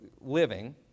living